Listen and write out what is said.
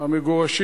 הוועדה.